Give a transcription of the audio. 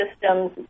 systems